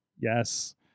yes